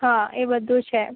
હા એ બધું છે